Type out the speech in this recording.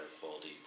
quality